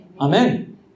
Amen